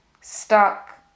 stuck